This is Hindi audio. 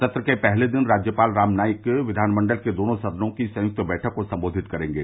सत्र के पहले दिन राज्यपाल राम नाईक विधानमंडल के दोनों सदनों की संयुक्त बैठक को संबोधित करेंगे